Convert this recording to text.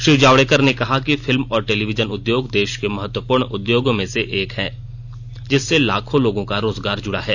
श्री जावड़ेकर ने कहा कि फिल्म और टेलीविजन उद्योग देश को महत्वपूर्ण उद्योगों में से एक है जिससे लाखों लोगों का रोजगार जुड़ा है